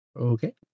Okay